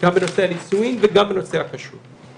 גם בנושא הנישואים וגם בנושא הכשרות.